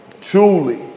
truly